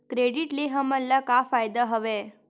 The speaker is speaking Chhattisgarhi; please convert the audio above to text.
क्रेडिट ले हमन ला का फ़ायदा हवय?